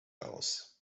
aus